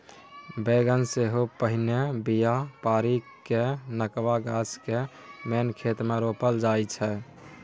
बेगन सेहो पहिने बीया पारि कए नबका गाछ केँ मेन खेत मे रोपल जाइ छै